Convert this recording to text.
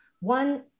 one